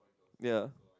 ya